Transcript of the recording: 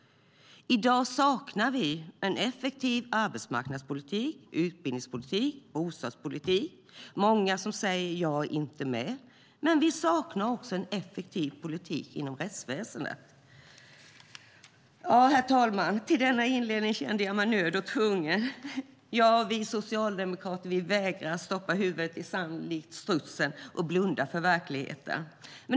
I dag saknar vi en effektiv arbetsmarknadspolitik, utbildningspolitik och bostadspolitik - det är många som säger att de inte är med - men vi saknar också en effektiv politik inom rättsväsendet. Herr talman! Till denna inledning kände jag mig nödd och tvungen. Vi socialdemokrater vägrar likt strutsen att stoppa huvudet i sanden och blunda för verkligheten.